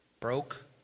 broke